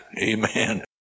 Amen